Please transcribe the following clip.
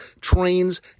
trains